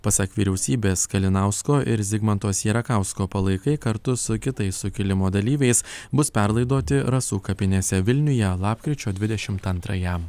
pasak vyriausybės kalinausko ir zigmanto sierakausko palaikai kartu su kitais sukilimo dalyviais bus perlaidoti rasų kapinėse vilniuje lapkričio dvidešimt antrąją